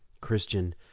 christian